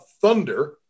Thunder